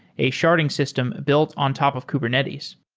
a sharding system build on top of kubernetes.